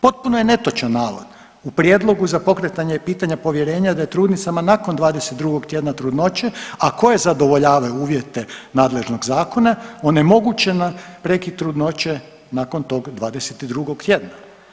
Potpuno je netočan navod u prijedlogu za pokretanje pitanja povjerenja da je trudnicama nakon 22 tjedna trudnoće, a koje zadovoljavaju uvjete nadležnog zakona onemogućena prekid trudnoće nakon tog 22 tjedna.